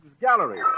Gallery